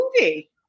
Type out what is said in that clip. movie